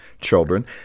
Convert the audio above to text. children